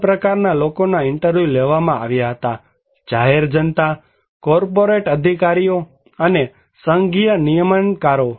ત્રણ પ્રકારના લોકોના ઇન્ટરવ્યૂ લેવામાં આવ્યા જાહેર જનતા કોર્પોરેટ અધિકારીઓ અને સંઘીય નિયમનકારો